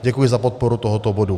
Děkuji za podporu tohoto bodu.